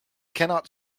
cannot